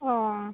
অঁ